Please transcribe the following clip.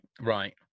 Right